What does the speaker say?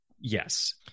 yes